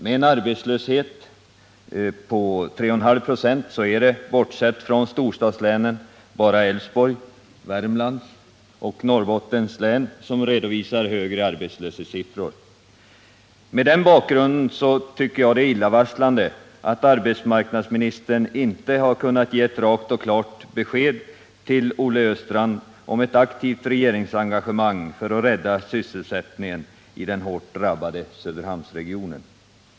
Med en arbetslöshet på 3,5 96 är det — bortsett från storstadslänen — bara Älvsborgs, Värmlands och Norrbottens län som redovisar högre arbetslöshetssiffror. Mot den bakgrunden tycker jag det är illavarslande att arbetsmarknadsministern inte har kunnat ge ett rakt och klart besked till Olle Östrand om ett aktivt regeringsengagemang för att rädda sysselsättningen i den hårt drabbade Söderhamnsregionen.